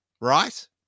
Right